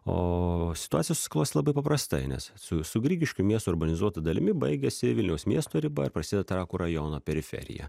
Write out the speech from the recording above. o situacija susiklos labai paprastai nes su su grigiškių miesto urbanizuota dalimi baigiasi vilniaus miesto riba ir prasideda trakų rajono periferija